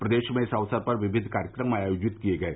प्रदेश में इस अवसर पर विविध कार्यक्रम आयोजित किये गये